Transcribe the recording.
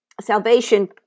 Salvation